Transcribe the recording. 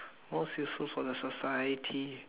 more useful for the society